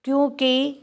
ਕਿਉਂਕਿ